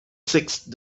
sixth